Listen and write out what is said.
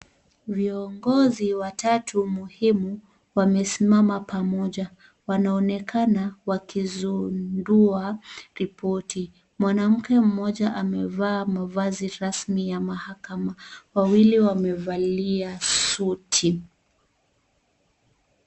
Viongozi watatu muhimu wamesimama pamoja, wanaonekana wakizundua ripoti, mwanamke mmoja amevaa mavazi rasmi ya mahakama, wawii wamevalia suti.